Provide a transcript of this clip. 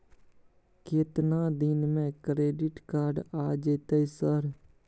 केतना दिन में क्रेडिट कार्ड आ जेतै सर?